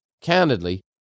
candidly